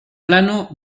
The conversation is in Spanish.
plano